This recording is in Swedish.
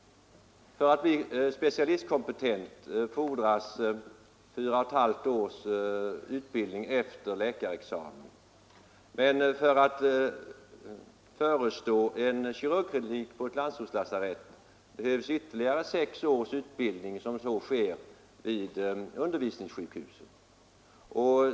För att bli specialistkompetent fordras fyra och ett halvt års utbildning efter läkarexamen. Men för att förestå en kirurgklinik på ett landsortslasarett behövs ytterligare sex års utbildning, som då sker vid undervisningssjukhusen.